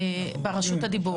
ברשות הדיבור.